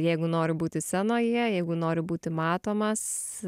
jeigu noriu būti scenoje jeigu noriu būti matomas